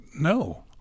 no